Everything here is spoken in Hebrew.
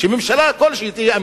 שממשלה כלשהי תהיה אמיצה.